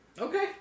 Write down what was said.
Okay